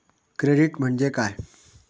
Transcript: Credit म्हणजे काय?